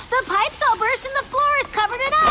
the pipes all burst and the floor is covered in